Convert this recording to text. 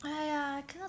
!aiya! I cannot